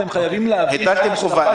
אתם חייבים להבין מה השלכה של החובה הזאת.